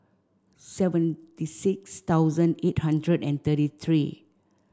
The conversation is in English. seventy six thousand eight hundred and thirty three